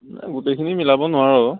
নাই গোটেইখিনি মিলাব নোৱাৰো অ'